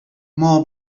more